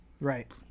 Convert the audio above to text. Right